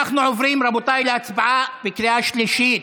רבותיי, אנחנו עוברים להצבעה בקריאה שלישית